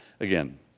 again